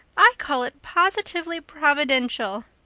i call it positively providential.